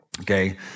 Okay